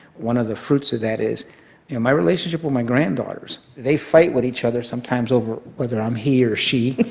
one of the fruits of that is, in my relationship with my granddaughters, they fight with each other sometimes over whether i'm he or she.